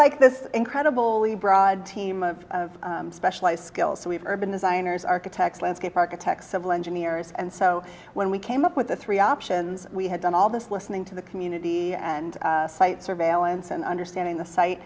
like this incredible the broad team of specialized skills so we've been designers architects landscape architects civil engineers and so when we came up with the three options we had done all this listening to the community and site surveillance and understanding the site